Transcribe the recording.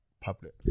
public